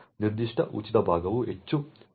ನಿರ್ದಿಷ್ಟ ಉಚಿತ ಭಾಗವು ಹೆಚ್ಚು ವೇಗವಾಗಿ